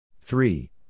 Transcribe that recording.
Three